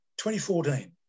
2014